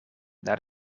naar